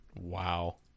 Wow